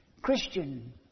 Christian